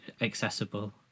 accessible